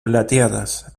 plateadas